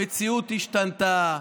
המציאות השתנתה.